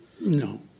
No